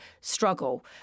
struggle